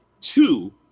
Two